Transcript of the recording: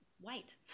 White